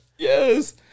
Yes